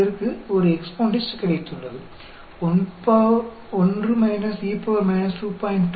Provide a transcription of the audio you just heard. இதற்கு ஒரு EXPONDIST கிடைத்துள்ளது 1 e 2